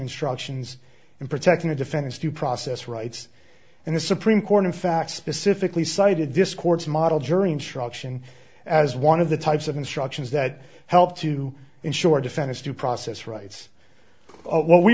instructions in protecting the defendant's due process rights and the supreme court in fact specifically cited this court's model jury instruction as one of the types of instructions that help to ensure defend its due process rights what we